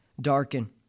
darken